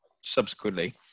subsequently